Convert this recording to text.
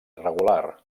irregular